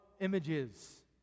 images